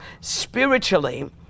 spiritually